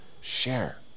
share